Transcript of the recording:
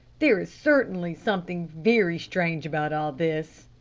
there is certainly something very strange about all this,